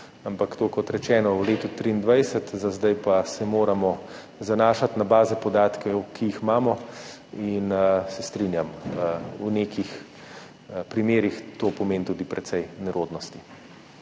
Ampak to, kot rečeno, v letu 2023, za zdaj pa se moramo zanašati na baze podatkov, ki jih imamo, in se strinjam, v nekih primerih to pomeni tudi precej nerodnosti.